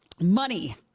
money